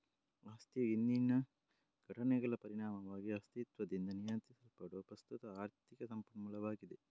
ಆಸ್ತಿಯು ಹಿಂದಿನ ಘಟನೆಗಳ ಪರಿಣಾಮವಾಗಿ ಅಸ್ತಿತ್ವದಿಂದ ನಿಯಂತ್ರಿಸಲ್ಪಡುವ ಪ್ರಸ್ತುತ ಆರ್ಥಿಕ ಸಂಪನ್ಮೂಲವಾಗಿದೆ